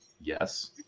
yes